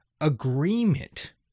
agreement